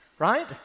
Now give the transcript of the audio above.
Right